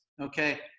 okay